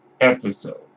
episode